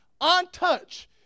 untouched